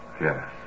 Yes